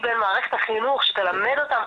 הוא נמצא פה,